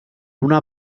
una